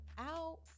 out